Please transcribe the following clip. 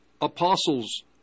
apostles